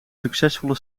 succesvolle